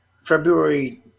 February